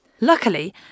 Luckily